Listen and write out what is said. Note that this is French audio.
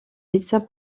médecin